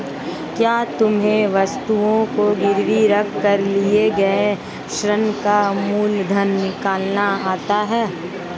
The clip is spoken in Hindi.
क्या तुम्हें वस्तु को गिरवी रख कर लिए गए ऋण का मूलधन निकालना आता है?